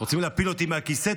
רוצים להפיל אותי מהכיסא?